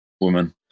woman